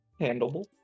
handleable